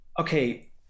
Okay